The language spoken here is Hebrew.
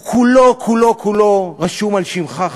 הוא כולו-כולו-כולו רשום על שמך,